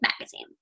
magazine